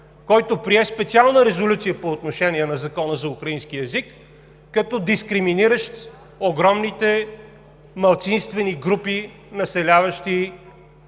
който прие специална резолюция по отношение на Закона за украинския език като дискриминиращ огромните малцинствени групи, населяващи